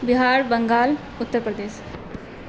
Bihar Bengal Uttar Pradesh